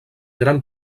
gran